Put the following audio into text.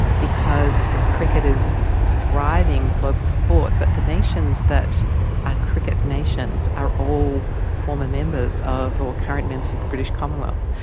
because cricket is this thriving global sport, but the nations that are cricket nations are all former members or current members of the british commonwealth.